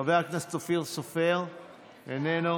חבר הכנסת אופיר סופר איננו,